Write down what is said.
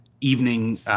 evening